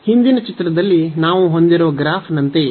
ಹಿಂದಿನ ಚಿತ್ರದಲ್ಲಿ ನಾವು ಹೊಂದಿರುವ ಗ್ರಾಫ಼್ ನಂತೆಯೇ